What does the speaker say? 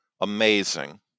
amazing